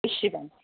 बेसिबां